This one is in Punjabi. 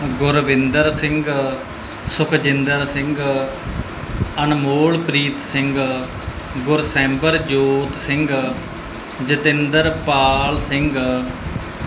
ਗੁਰਵਿੰਦਰ ਸਿੰਘ ਸੁਖਜਿੰਦਰ ਸਿੰਘ ਅਨਮੋਲ ਪ੍ਰੀਤ ਸਿੰਘ ਗੁਰਸੈਂਬਰ ਜੋਤ ਸਿੰਘ ਜਤਿੰਦਰ ਪਾਲ ਸਿੰਘ